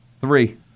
Three